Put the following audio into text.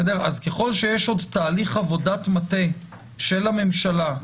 אז ככל שיש עוד תהליך עבודת מטה של הממשלה,